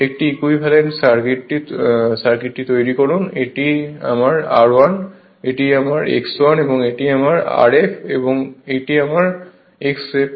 একটি ইকুইভ্যালেন্ট সার্কিটটি তৈরি করুন এটি আমার r1 এটি আমার x1 এবং এটি আমার Rf এবং এটি আমার xf